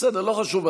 בסדר, לא חשוב.